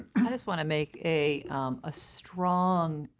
i just want to make a ah strong